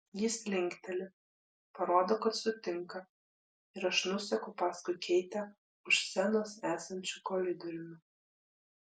jis linkteli parodo kad sutinka ir aš nuseku paskui keitę už scenos esančiu koridoriumi